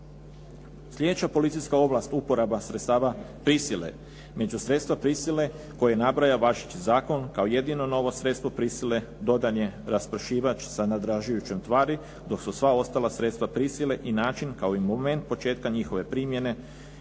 Sljedeća policijska ovlast uporaba sredstava prisile. Među sredstva prisile koje nabraja važeći zakon kao jedino novo sredstvo prisile dodan je raspršivač sa nadražujućom tvari dok su sva ostala sredstva prisile i način kao i moment početka njihove primjene